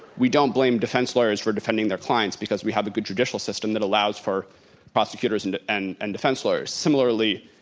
we don't blame defense lawyers for defending their clients because we have a judicial system that allows for prosecutors and and and defense lawyers. similarly,